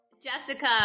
Jessica